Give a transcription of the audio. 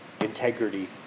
integrity